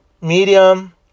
medium